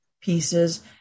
pieces